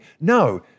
No